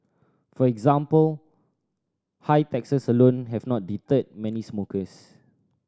for example high taxes alone have not deterred many smokers